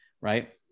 right